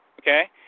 okay